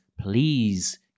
please